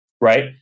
right